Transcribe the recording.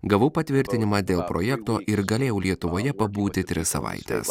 gavau patvirtinimą dėl projekto ir galėjau lietuvoje pabūti tris savaites